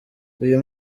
uyu